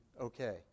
okay